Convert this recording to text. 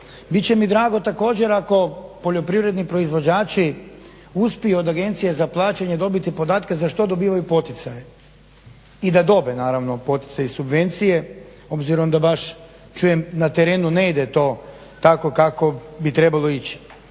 Bit će mi drago također ako poljoprivredni proizvođači uspiju od Agencije za plaćanje dobiti podatke za što dobivaju poticaje i da dobije naravno poticaje i subvencije, obzirom da baš čujem na terenu ne ide to tako kako bi trebalo ići.